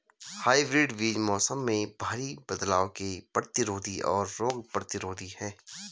hybrid बीज मौसम में भारी बदलाव के प्रतिरोधी और रोग प्रतिरोधी हैं